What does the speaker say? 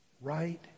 right